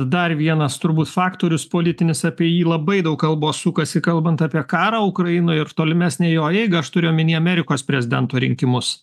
dar vienas turbūt faktorius politinis apie jį labai daug kalbos sukasi kalbant apie karą ukrainoj ir tolimesnę jo eigą aš turiu omenyje amerikos prezidento rinkimus